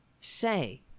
say